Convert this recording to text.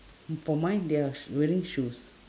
for mine they are sh~ wearing shoes